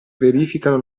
verificano